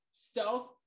stealth